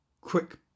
quick